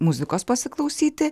muzikos pasiklausyti